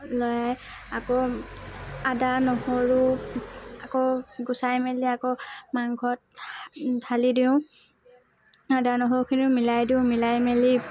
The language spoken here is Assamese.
লৰাই আকৌ আদা নহৰু আকৌ গুচাই মেলি আকৌ মাংসত ঢালি দিওঁ আদা নহৰুখিনিও মিলাই দিওঁ মিলাই মেলি